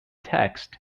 text